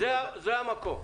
זה המקום.